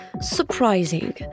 surprising